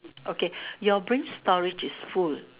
okay your brain storage is full